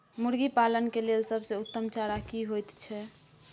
मुर्गी पालन के लेल सबसे उत्तम चारा की होयत छै?